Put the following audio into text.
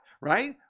right